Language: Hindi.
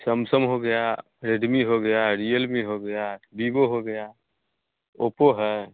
सैमसम हो गया रेडमी हो गया रियलमी हो गया वीवो हो गया ओप्पो है